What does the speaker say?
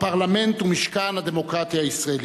הפרלמנט ומשכן הדמוקרטיה הישראלית.